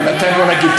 בואו ונגיד כך,